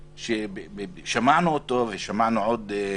שמענו אותו ושמענו עוד.